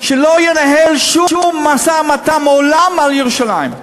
שלא ינהל שום-ומשא ומתן לעולם על ירושלים.